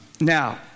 Now